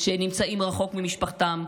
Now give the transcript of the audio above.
שנמצאים רחוק ממשפחתם,